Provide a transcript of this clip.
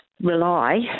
rely